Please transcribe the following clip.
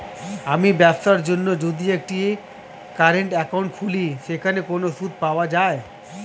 আমি ব্যবসার জন্য যদি একটি কারেন্ট একাউন্ট খুলি সেখানে কোনো সুদ পাওয়া যায়?